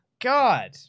God